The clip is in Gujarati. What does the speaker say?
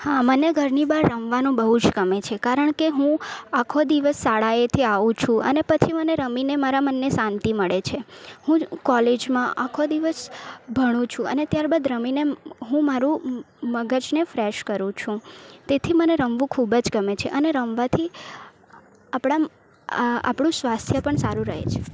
હાં મને ઘરની બહાર રમવાનું બહુ જ ગમે છે કારણકે હું આખો દિવસ શાળાએથી આવું છું અને પછી મને રમીને મારા મનને શાંતિ મળે છે હું જ કોલેજમાં આખો દિવસ ભણું છું અને ત્યારબાદ રમીને હું મારુ મગજને ફ્રેશ કરું છું તેથી મને રમવું ખૂબ જ ગમે છે અને રમવાથી આપણા આપણું સ્વાસ્થ્ય પણ સારું રહે છે